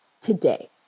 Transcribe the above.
today